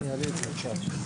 בבקשה.